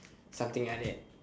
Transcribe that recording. something like that